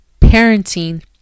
Parenting